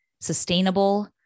sustainable